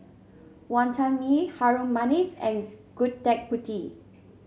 Wonton Mee Harum Manis and Gudeg Putih